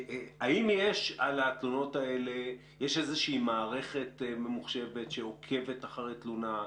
האם יש על התלונות האלה איזושהי מערכת ממוחשבת שעוקבת אחרי התלונה,